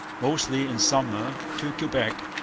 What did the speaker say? mostly in summer, to quebec,